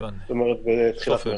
בתחילת מרץ.